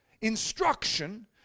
instruction